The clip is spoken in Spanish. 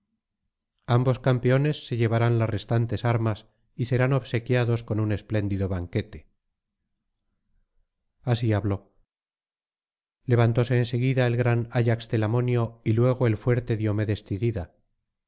ambos campeones se llevarán las restantes armas y serán obsequiados con un espléndido banquete así habló levantóse en segfuida el gran ayax telamonio y luego el fuerte diomedes